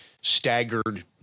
staggered